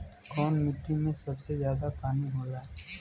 कौन मिट्टी मे सबसे ज्यादा पानी होला?